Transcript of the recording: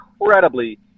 incredibly